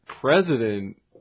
president